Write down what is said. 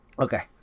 Okay